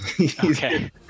Okay